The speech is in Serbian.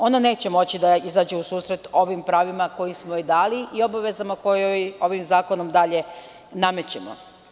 Ona neće moći da izađe u susret ovim pravima koja smo joj dali i obavezama koja joj ovim zakonom dalje namećemo.